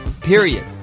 period